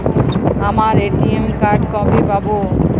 আমার ATM card কবে পাব?